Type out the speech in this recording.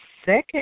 second